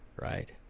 right